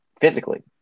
physically